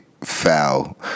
foul